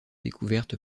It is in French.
découverte